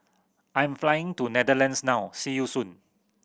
I'm flying to Netherlands now see you soon